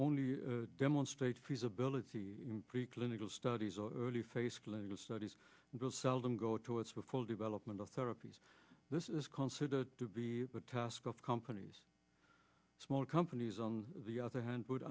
only demonstrate feasibility preclinical studies or early phase clinical studies will seldom go towards full development of therapies this is considered to be the task of companies small companies on the other hand would